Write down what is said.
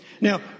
Now